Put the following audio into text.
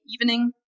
evening